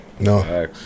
No